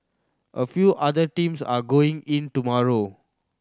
a few other teams are going in tomorrow